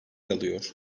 alıyor